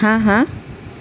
ہاں ہاں